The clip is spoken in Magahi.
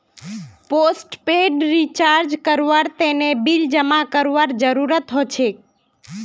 पोस्टपेड रिचार्ज करवार तने बिल जमा करवार जरूरत हछेक